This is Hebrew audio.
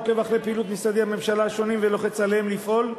עוקב אחרי פעילות משרדי הממשלה השונים ולוחץ עליהם לפעול,